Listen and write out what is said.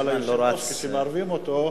אבל כשמערבים את היושב-ראש,